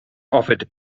offered